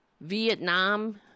Vietnam